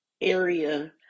area